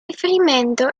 riferimento